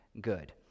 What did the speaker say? good